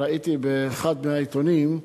ראיתי באחד מהעיתונים,